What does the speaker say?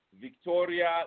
Victoria